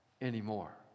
anymore